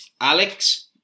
Alex